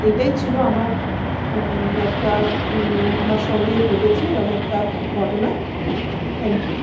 এইটাই ছিলো আমার একটা আমার সঙ্গে ঘটেছে এরম একটা ঘটনা থ্যাংক ইউ